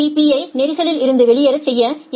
B I நெரிசலில் இருந்து வெளியேறச் செய்ய எஃப்